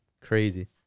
Crazy